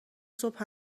صبح